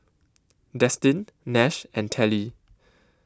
Destin Nash and Telly